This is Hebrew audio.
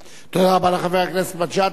תודה רבה לחבר הכנסת מג'אדלה.